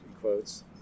quotes